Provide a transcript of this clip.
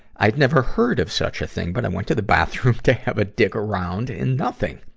i'd never heard of such a thing, but i went to the bathroom to have a dig around, and nothing.